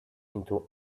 into